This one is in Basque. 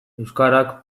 euskarak